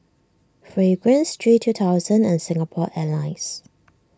Fragrance G two thousand and Singapore Airlines